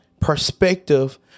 perspective